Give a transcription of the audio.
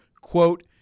quote